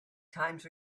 times